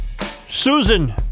Susan